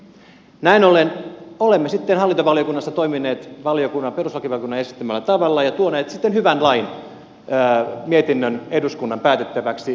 näin ollen olemme sitten hallintovaliokunnassa toimineet perustuslakivaliokunnan esittämällä tavalla ja tuoneet sitten hyvän lain mietinnön eduskunnan päätettäväksi